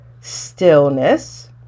stillness